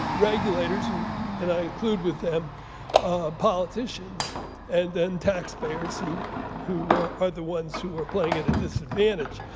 regulators and and i include with them politicians and then tax payers who who are are the ones who are playing at a disadvantage.